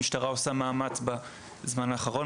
המשטרה עושה בזמן האחרון מאמץ,